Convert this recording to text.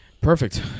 Perfect